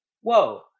whoa